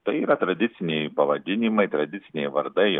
tai yra tradiciniai pavadinimai tradiciniai vardai